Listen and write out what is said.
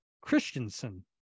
Christensen